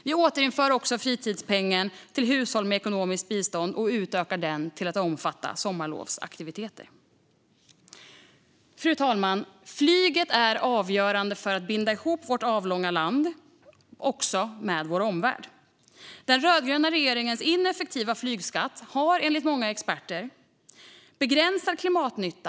Vi återinför också fritidspengen till hushåll med ekonomiskt bistånd och utökar den till att också omfatta sommarlovsaktiviteter. Fru talman! Flyget är avgörande för att binda ihop vårt avlånga land också med vår omvärld. Den rödgröna regeringens ineffektiva flygskatt har enligt många experter begränsad klimatnytta.